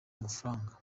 amafaranga